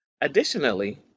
Additionally